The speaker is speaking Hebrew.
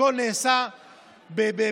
הכול נעשה בהבנה,